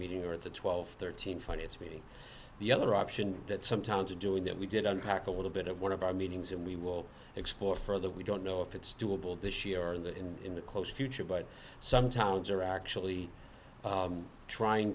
meeting or at the twelve thirteen finance meeting the other option that sometimes of doing that we did unpack a little bit of one of our meetings and we will explore further we don't know if it's doable this year or in the in the close future but some towns are actually trying